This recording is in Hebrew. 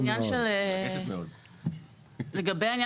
לגבי זרים